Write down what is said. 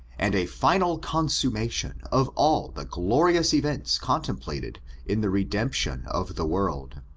and a final consummation of all the glorious events contemplated in the redemption of the world.